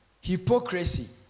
hypocrisy